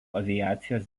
aviacijos